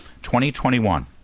2021